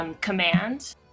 Command